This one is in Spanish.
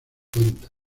cuenta